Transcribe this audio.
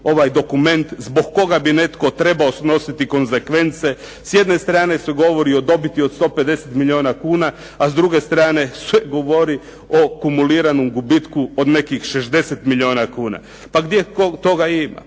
dokument zbog koga bi netko trebao snositi konsekvence. S jedne strane su govori o dobiti od 150 milijuna kuna, a s druge strane se govori o kumuliranom gubitku od nekih 60 milijuna kuna. Pa gdje toga ima,